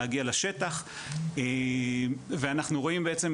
להגיע לשטח ואנחנו רואים בעצם,